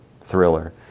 thriller